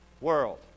world